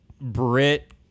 brit